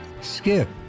skip